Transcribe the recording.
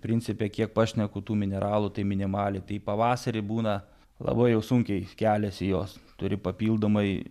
principe kiek pašneku tų mineralų tai minimaliai tai pavasarį būna labai jau sunkiai keliasi jos turi papildomai